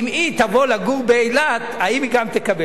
אם היא תבוא לגור באילת, אם היא גם תקבל.